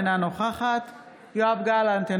אינה נוכחת יואב גלנט,